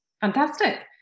Fantastic